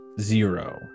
Zero